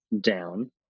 down